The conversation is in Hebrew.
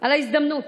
על ההזדמנות